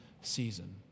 season